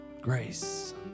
Grace